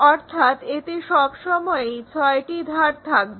অর্থাৎ এতে সবসময়ই ছয়টি ধার থাকবে